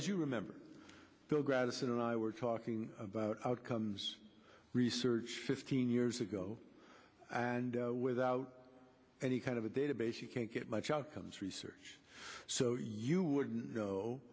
as you remember bill gratis and i were talking about outcomes research fifteen years ago and without any kind of a database you can't get much outcomes research so you wouldn't